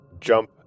jump